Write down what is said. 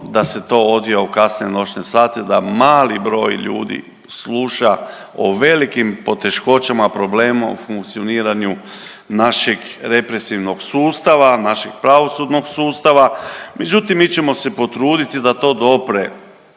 da se to odvija u kasne noćne sate da mali broj ljudi sluša o velikim poteškoćama, problemu funkcioniranju našeg represivnog sustava, našeg pravosudnog sustava. Međutim, mi ćemo se potruditi da to dopre